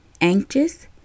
anxious